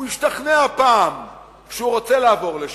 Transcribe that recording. הוא השתכנע פעם שהוא רוצה לעבור לשם,